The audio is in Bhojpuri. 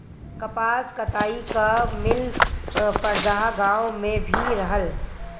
कपास कताई कअ मिल परदहा गाँव में भी रहल